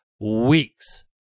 weeks